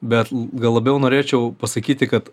bet gal labiau norėčiau pasakyti kad